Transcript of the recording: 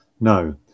no